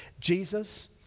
jesus